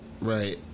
Right